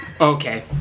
okay